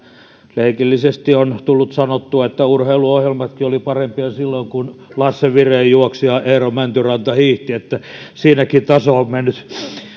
leikillisesti on tullut sanottua että urheiluohjelmatkin olivat parempia silloin kun lasse viren juoksi ja eero mäntyranta hiihti että siinäkin taso on mennyt